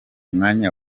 mwanya